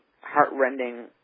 heartrending